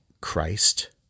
Christ